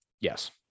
Yes